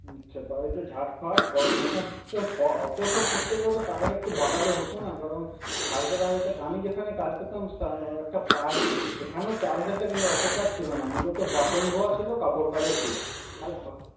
আচ্ছা বাড়িতে ঝাঁট ফাট ঘর মোছা আচ্ছা অত সব করতে গেলে তো টাকাটা একটু বাড়ালে হত না কারণ সাড়ে চার হাজার টাকা আমি যেখানে কাজ করতাম একটা পার্ক এখানেও চার হাজার টাকা কিন্তু অত কাজ ছিল না মূলত বাসন ধোয়া ছিল কাপড় কাচা ছিল আর ঘর